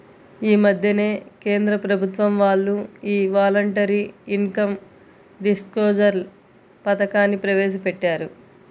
యీ మద్దెనే కేంద్ర ప్రభుత్వం వాళ్ళు యీ వాలంటరీ ఇన్కం డిస్క్లోజర్ పథకాన్ని ప్రవేశపెట్టారు